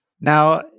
Now